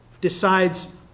decides